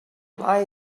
line